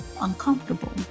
uncomfortable